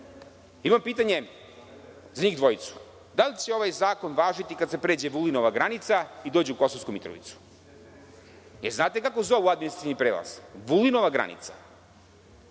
vas. Imam pitanje za njih dvojicu da li će ovaj zakon važiti kada se pređe Vulinova granica i dođe u Kosovsku Mitrovicu? Da li znate kako zovu administrativni prelaz? Vulinova granica.